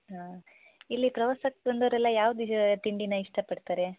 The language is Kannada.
ಹಾಂ ಇಲ್ಲಿ ಪ್ರವಾಸಕ್ಕೆ ಬಂದೋರೆಲ್ಲ ಯಾವುದು ತಿಂಡಿನ ಇಷ್ಟಪಡ್ತಾರೆ